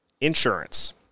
insurance